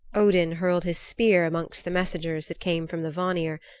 odin hurled his spear amongst the messengers that came from the vanir,